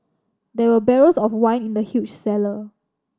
there were barrels of wine in the huge cellar